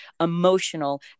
emotional